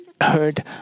heard